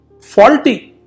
faulty